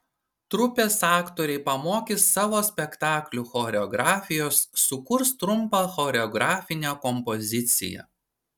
trupės aktoriai pamokys savo spektaklių choreografijos sukurs trumpą choreografinę kompoziciją